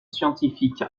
scientifique